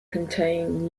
contained